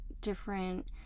different